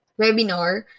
webinar